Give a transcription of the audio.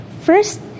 First